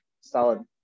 Solid